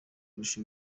kurusha